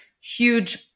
huge